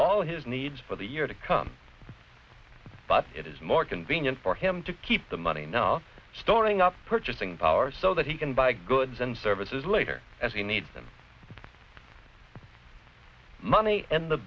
all his needs for the year to come but it is more convenient for him to keep the money now storing up purchasing power so that he can buy goods and services later as he needs them the money in the